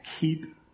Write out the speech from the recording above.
keep